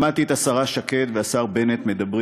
שמעתי את השרה שקד והשר בנט מדברים